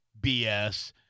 BS